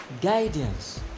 guidance